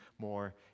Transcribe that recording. more